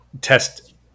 test